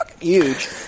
huge